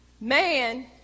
Man